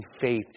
faith